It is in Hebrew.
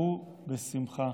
הוא בשמחה,